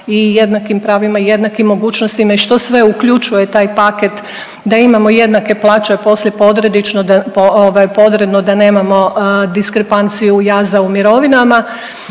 i jednakim pravima, jednakim mogućnostima i što sve uključuje taj paket da imamo jednake plaće, a poslije .../Govornik se ne razumije./...